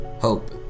Hope